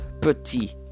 petit